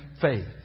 faith